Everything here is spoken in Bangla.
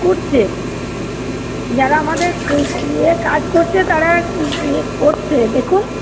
কুড়ছে যারা আমাদের ইয়ে কাজ করছে তারা ই করছে দেখুন